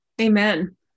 Amen